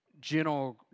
general